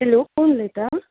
hello कोण उलयता